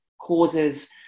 causes